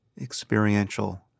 experiential